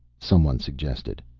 some one suggested.